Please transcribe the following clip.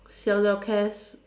siao liao Cass